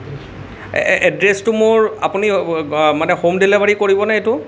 এদ্ৰেছটো মোৰ আপুনি অঁ মানে হোম দেলিভাৰি কৰিবনে এইটো